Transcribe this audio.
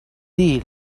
deal